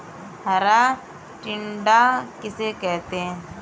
हरा टिड्डा किसे कहते हैं?